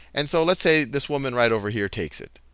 and so let's say this woman right over here takes it.